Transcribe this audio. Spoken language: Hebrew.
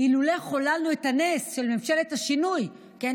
"אילולא חוללנו את הנס של ממשלת השינוי" כן,